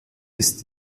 ist